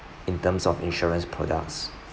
in terms of insurance products